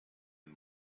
and